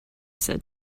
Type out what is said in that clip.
said